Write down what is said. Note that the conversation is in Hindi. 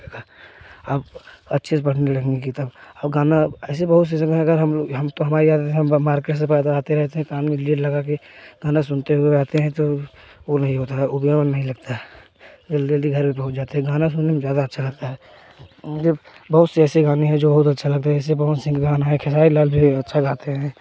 आप अच्छे से पढ़ने लगेंगे तब अब गाना ऐसे बहुत सी जगह है अगर हम लोग हम तो हमारे यहाँ से हम मार्केट से फ़ायदा आते रहते हैं कान में लीड लगा कर गाना सुनते हुए आते हैं तो वह नहीं होता है उगया में नहीं लगता जल्दी जल्दी घर में पहुँच जाते हैं गाना सुनने में ज़्यादा अच्छा लगता है जब बहुत से ऐसे गाने हैं जो बहुत अच्छा लगता है शिव पवन सिंह के गाना है केसारी लाल भी अच्छा गाते है